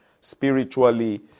spiritually